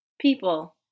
people